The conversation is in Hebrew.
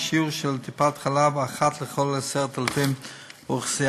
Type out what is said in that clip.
בשיעור של טיפת-חלב אחת לכל 10,000 איש.